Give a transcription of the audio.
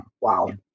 wow